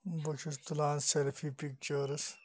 بہٕ چھُس تُلان صرف یہِ پِکچٲرٕس